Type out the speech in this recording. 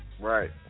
Right